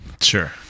Sure